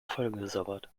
vollgesabbert